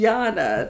Yana